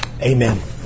Amen